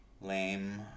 Lame